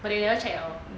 but they never check at all